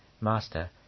Master